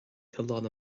hoileáin